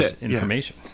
information